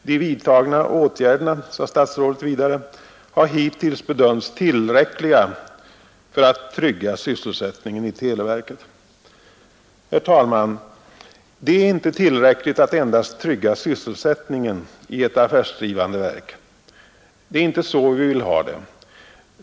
”De vidtagna åtgärderna”, sade statsrådet vidare, ”har hittills bedömts tillräckliga för att trygga sysselsättningen i televerket.” Herr talman! Det är inte tillräckligt att endast trygga sysselsättningen i ett affärsdrivande verk. Det är inte så vi vill ha det.